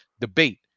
debate